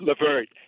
LeVert